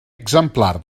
exemplar